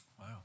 Wow